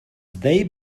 they